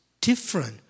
different